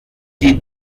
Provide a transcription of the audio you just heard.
die